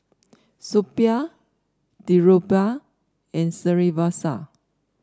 Suppiah Dhirubhai and Srinivasa